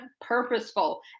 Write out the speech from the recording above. purposeful